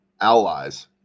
allies